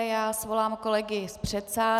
Já svolám kolegy z předsálí.